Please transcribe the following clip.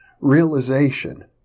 Realization